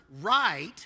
right